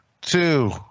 two